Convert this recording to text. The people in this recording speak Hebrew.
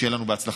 שיהיה לנו בהצלחה.